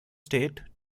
state